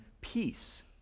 peace